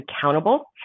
accountable